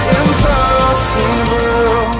impossible